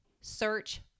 Search